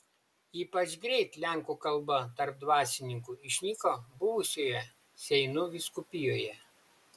ypač greit lenkų kalba tarp dvasininkų išnyko buvusioje seinų vyskupijoje